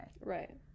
Right